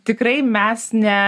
tikrai mes ne